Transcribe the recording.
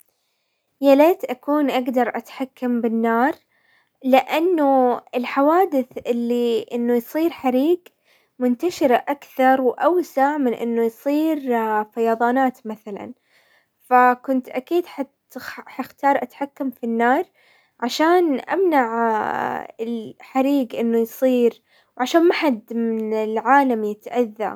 يا ليت اكون اقدر اتحكم بالنار، لانه الحوادث اللي انه يصير حريق منتشرة اكثر واوسع من انه يصير فيضانات مثلا، فكنت اكيد ح-ختار اتحكم في النار عشان امنع الحريق انه يصير وعشان محد من العالم يتأذى.